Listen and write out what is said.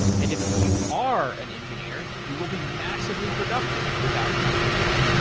and if you are an engineer, you will be massively productive with outsystems.